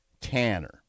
Tanner